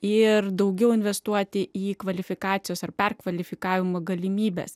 ir daugiau investuoti į kvalifikacijos ar perkvalifikavimo galimybes